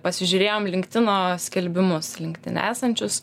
pasižiūrėjom linktino skelbimus linktine esančius